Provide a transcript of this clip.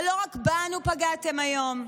אבל לא רק בנו פגעתם היום.